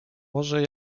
może